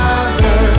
Father